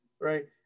right